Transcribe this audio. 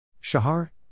Shahar